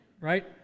right